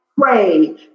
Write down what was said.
pray